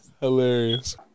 hilarious